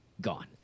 gone